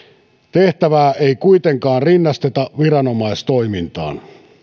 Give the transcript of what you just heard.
tehtävää ei kuitenkaan rinnasteta viranomaistoimintaan